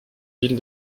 ville